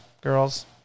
girls